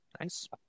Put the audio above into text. Nice